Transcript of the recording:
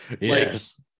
yes